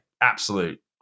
absolute